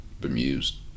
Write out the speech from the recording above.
bemused